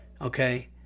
okay